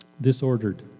disordered